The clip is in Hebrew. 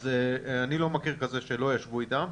אז אני לא מכיר כזה שלא ישבו איתם.